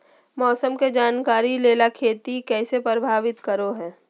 मौसम के जानकारी लेना खेती के कैसे प्रभावित करो है?